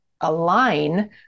align